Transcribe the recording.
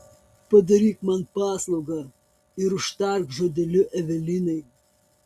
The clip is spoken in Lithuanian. padaryk man paslaugą ir užtark žodeliu evelinai